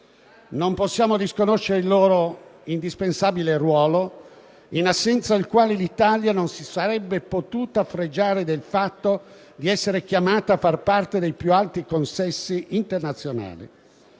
Non possiamo disconoscere il loro indispensabile ruolo, in assenza del quale l'Italia non si sarebbe potuta fregiare del fatto di essere stata chiamata a far parte dei più alti consessi internazionali.